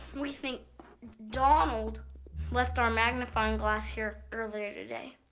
we think donald left our magnifying glass here earlier today.